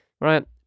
Right